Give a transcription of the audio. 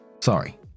Sorry